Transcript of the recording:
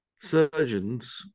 surgeons